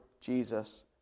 Jesus